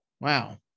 Wow